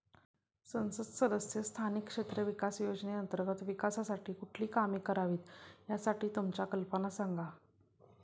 संसद सदस्य स्थानिक क्षेत्र विकास योजने अंतर्गत विकासासाठी कुठली कामे करावीत, यासाठी तुमच्या कल्पना सांगा